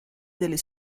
del